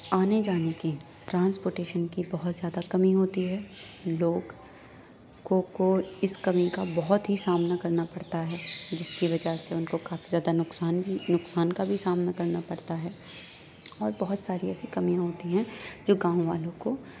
آنے جانے کی ٹرانسپوٹیشن کی بہت زیادہ کمی ہوتی ہے لوگ کو کو اس کمی کا بہت ہی سامنا کرنا پڑتا ہے جس کی وجہ سے ان کو کافی زیادہ نقصان بھی نقصان کا بھی سامنا کرنا پڑتا ہے اور بہت ساری ایسی کمی ہوتی ہیں جو گاؤں والوں کو